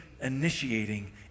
initiating